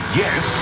yes